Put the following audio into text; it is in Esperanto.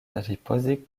ripozi